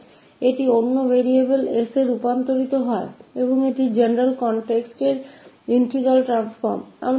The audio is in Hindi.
तो यह ट्रांसफॉर्म अन्य वेरिएबल में परिवर्तन है और यह इंटीग्रल ट्रांसफॉर्म का सामान्य संदर्भ है